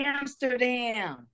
Amsterdam